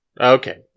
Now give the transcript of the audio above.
Okay